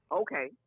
Okay